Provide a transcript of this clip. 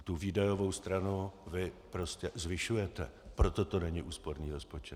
A výdajovou stranu vy prostě zvyšujete, proto to není úsporný rozpočet.